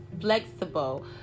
flexible